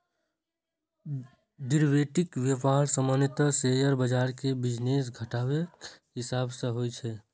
derivative व्यापार सामान्यतः share बाजार के बिजनेस घंटाक हिसाब सं होइ छै